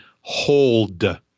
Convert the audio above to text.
hold